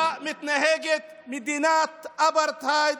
ככה מתנהגת מדינת אפרטהייד.